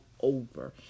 over